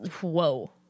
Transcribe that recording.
whoa